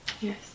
Yes